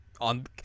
on